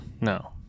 No